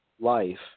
life